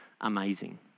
amazing